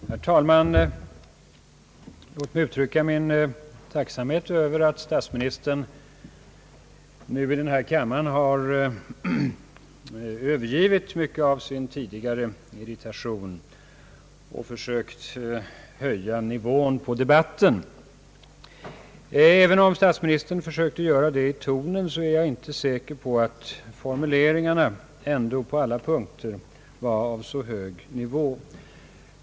Herr talman! Låt mig uttrycka min tacksamhet över att statsministern nu i denna kammare har övergett mycket av sin tidigare irritation och försökt höja nivån på debatten. även om statsministern gjorde det i tonen är jag inte säker på att formuleringarna på alla punkter var av så hög nivå.